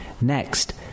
Next